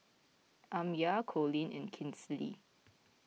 Amya Coleen and Kinsley